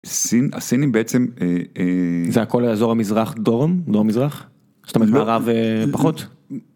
סין הסינים בעצם זה הכל לעזור למזרח דרום לא מזרח. ערב פחות.